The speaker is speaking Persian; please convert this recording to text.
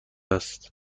است